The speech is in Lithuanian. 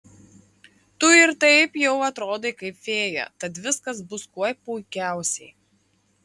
tu ir taip jau atrodai kaip fėja tad viskas bus kuo puikiausiai